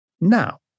Now